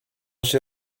się